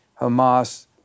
Hamas